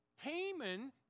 Haman